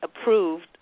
approved